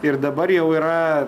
ir dabar jau yra